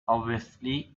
obviously